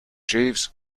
jeeves